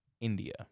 India